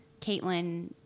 Caitlin